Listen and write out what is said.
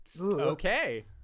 Okay